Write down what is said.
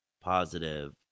positive